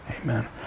Amen